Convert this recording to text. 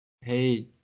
hey